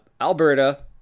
alberta